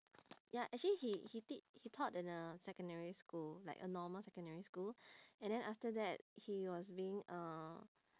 ya actually he he tea~ he taught in a secondary school like a normal secondary school and then after that he was being um